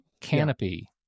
Canopy